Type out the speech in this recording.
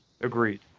Agreed